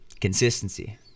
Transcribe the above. Consistency